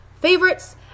favorites